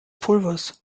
pulvers